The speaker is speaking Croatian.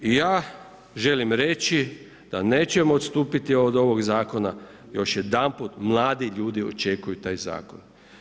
I ja želim reći da nećemo odstupiti od ovog zakona, još jedanput, mladi ljudi očekuju taj zakon.